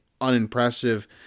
unimpressive